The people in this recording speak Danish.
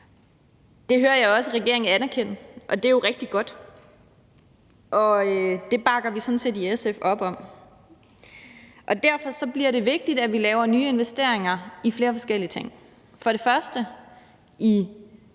Det hører jeg også regeringen anerkende, og det er jo rigtig godt, og det bakker vi i SF sådan set op om. Derfor bliver det vigtigt, at vi laver nye investeringer i flere forskellige ting, først og